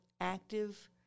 active